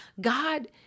God